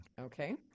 Okay